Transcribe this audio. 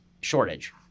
shortage